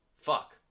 Fuck